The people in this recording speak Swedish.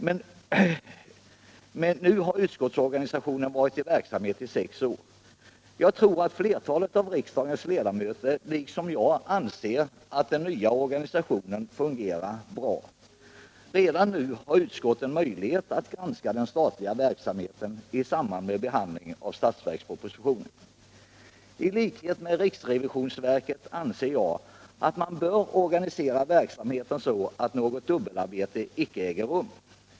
Nu har emellertid utskottsorganisationen varit i verksamhet i sex år. Jag tror att flertalet av riksdagens ledamöter liksom jag anser att den nya organisationen fungerar bra. Redan nu har utskotten möjlighet att granska den statliga verksamheten i samband med behandlingen av bud getpropositionen. I likhet med riksrevisionsverket anser jag att man bör organisera verksamheten så, att något dubbelarbete icke äger rum.